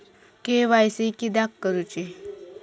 KYC किदयाक करूची?